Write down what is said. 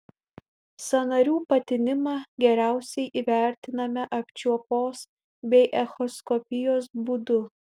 sąnarių patinimą geriausiai įvertiname apčiuopos bei echoskopijos būdu